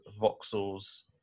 Voxel's